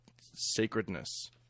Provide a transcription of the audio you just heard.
sacredness